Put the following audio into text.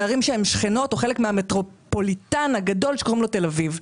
מערים שכנות או חלק מהמטרופוליטן הגדול שקוראים לו תל אביב.